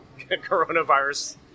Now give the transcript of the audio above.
coronavirus